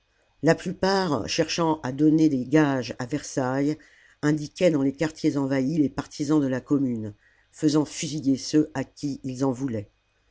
la plupart cherchant à donner des gages à versailles indiquaient dans les quartiers envahis les partisans de la commune faisant fusiller ceux à qui ils en voulaient